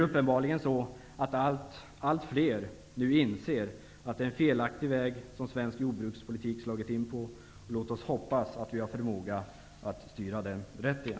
Uppenbarligen inser allt fler att det är en felaktig väg som svensk jordbrukspolitik nu slagit in på. Låt oss hoppas att vi har förmåga att styra den rätt igen.